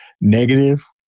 negative